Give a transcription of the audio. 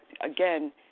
again